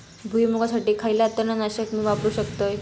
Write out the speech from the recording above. भुईमुगासाठी खयला तण नाशक मी वापरू शकतय?